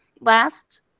last